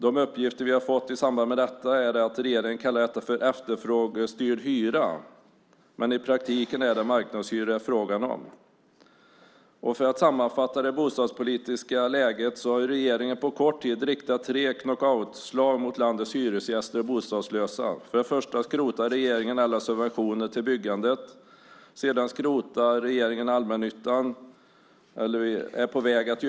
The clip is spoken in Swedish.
De uppgifter vi har fått i samband med detta är att regeringen kallar detta för "efterfrågestyrd hyra". Men i praktiken är det marknadshyror det är fråga om. För att sammanfatta det bostadspolitiska läget har regeringen på kort tid riktat tre knockoutslag mot landets hyresgäster och bostadslösa. För det första skrotar regeringen alla subventioner till byggandet. För det andra är regeringen på väg att skrota allmännyttan.